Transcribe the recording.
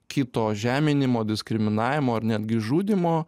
kito žeminimo diskriminavimo ar netgi žudymo